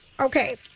Okay